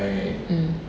mm